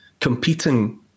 competing